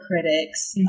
critics